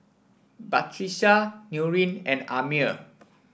Batrisya Nurin and Ammir